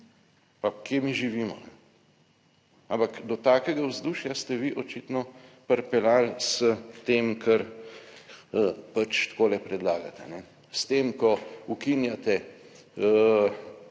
Pa kje mi živimo? Ampak, do takega vzdušja ste vi očitno pripeljali s tem, ker pač takole predlagate. S tem, ko ukinjate